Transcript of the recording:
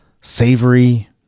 savory